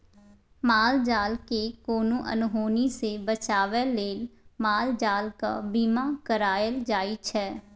माल जालकेँ कोनो अनहोनी सँ बचाबै लेल माल जालक बीमा कराएल जाइ छै